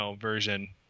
version